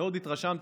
מאוד התרשמתי.